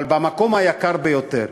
אבל במקום היקר ביותר,